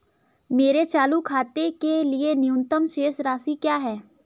मेरे चालू खाते के लिए न्यूनतम शेष राशि क्या है?